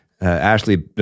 Ashley